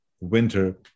winter